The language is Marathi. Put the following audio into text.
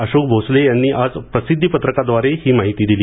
अशोक भोसले यांनी आज प्रसिद्धीपत्रकाद्वारे ही माहिती दिली